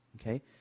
Okay